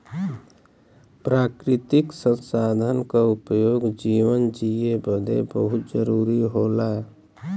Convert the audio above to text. प्राकृतिक संसाधन क उपयोग जीवन जिए बदे बहुत जरुरी होला